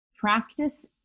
practice